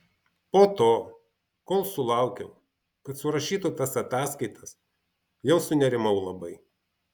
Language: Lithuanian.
po to kol sulaukiau kad surašytų tas ataskaitas jau sunerimau labai